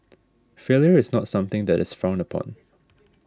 failure is not something that is frowned upon